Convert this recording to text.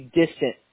distant